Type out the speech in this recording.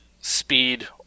speed